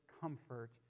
comfort